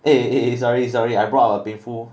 eh eh sorry sorry I brought up a painful